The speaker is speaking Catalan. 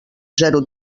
zero